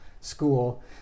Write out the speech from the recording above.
school